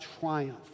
triumph